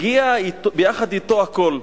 הגיע יחד אתו הקול.